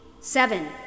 Seven